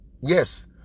Yes